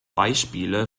beispiele